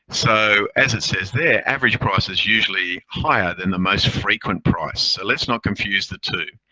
so as it says there, average price is usually higher than the most frequent price, so let's not confuse the two.